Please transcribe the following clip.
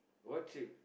what trip